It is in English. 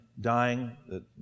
dying